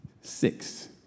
six